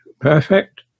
perfect